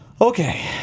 Okay